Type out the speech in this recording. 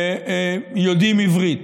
יודעים עברית.